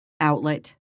Outlet